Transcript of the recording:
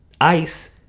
ICE